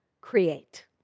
create